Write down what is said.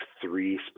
three